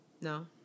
No